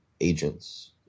agents